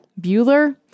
Bueller